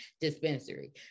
dispensary